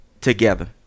together